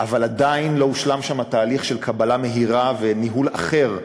אבל עדיין לא הושלם שם התהליך של קבלה מהירה וניהול אחר.